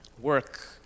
work